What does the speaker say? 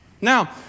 Now